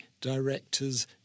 directors